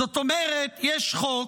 זאת אומרת, יש חוק,